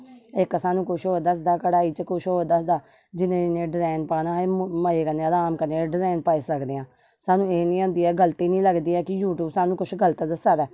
इक सानू कुछ औऱ दसदा कोई कुछ और दसदा जिने डिजाइन पाना होऐ मजे कन्ने आराम कन्ने डिजाइन पाई सकदे हा सानू एह् नेई होंदी ऐ गल्ती नेईं लगदी कि यूट्यूब सानू कुछ गल्त दस्सा दा ऐ